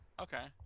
Okay